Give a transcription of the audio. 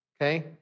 okay